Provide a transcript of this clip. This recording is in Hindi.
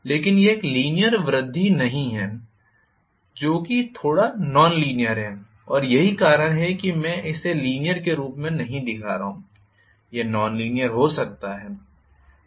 लेकिन यह एक लीनीयर वृद्धि नहीं है जो कि थोड़ा नॉन लीनीयर है और यही कारण है कि मैं इसे लीनीयर के रूप में नहीं दिखा रहा हूं यह नॉन लीनीयर हो सकता है